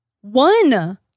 One